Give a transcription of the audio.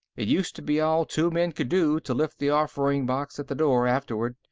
it used to be all two men could do to lift the offering box at the door, afterward,